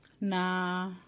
nah